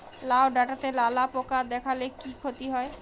লাউ ডাটাতে লালা পোকা দেখালে কি ক্ষতি হয়?